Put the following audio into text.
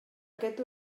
aquest